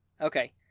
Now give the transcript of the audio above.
Okay